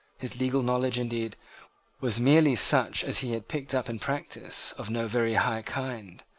his legal knowledge, indeed, was merely such as he had picked up in practice of no very high kind.